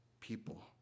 people